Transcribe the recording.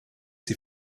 sie